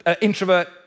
introvert